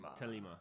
telima